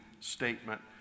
statement